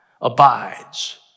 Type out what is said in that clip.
abides